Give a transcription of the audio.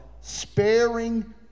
sparing